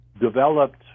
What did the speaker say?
developed